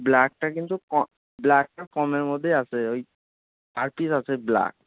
ব্ল্যাকটা কিন্তু ব্ল্যাকটা কমের মধ্যেই আসবে ওই আর কি ব্ল্যাক